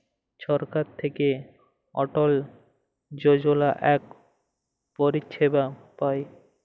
ছরকার থ্যাইকে অটল যজলা ইক পরিছেবা পায়